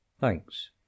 Thanks